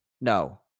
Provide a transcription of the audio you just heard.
No